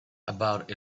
about